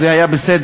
אז זה היה בסדר,